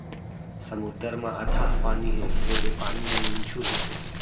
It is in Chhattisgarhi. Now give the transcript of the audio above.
समुद्दर म अथाह पानी हे फेर ए पानी ह नुनझुर होथे